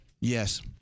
Yes